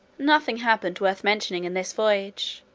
nothing happened worth mentioning in this voyage.